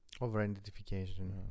Over-identification